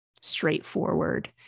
straightforward